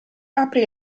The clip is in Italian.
aprì